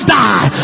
die